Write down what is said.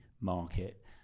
market